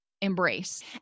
embrace